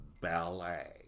ballet